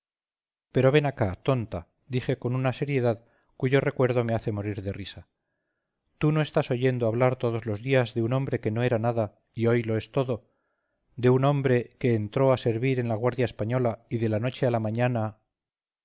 pero ven acá tonta dije con una seriedad cuyo recuerdo me hace morir de risa tú no estás oyendo hablar todos los días de un hombre que no era nada y hoy lo es todo de un hombre que entró a servir en la guardia española y de la noche a la mañana